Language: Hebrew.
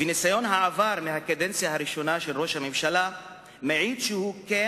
ניסיון העבר מהקדנציה הראשונה של ראש הממשלה מעיד שהוא כן